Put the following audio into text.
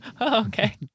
okay